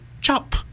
chop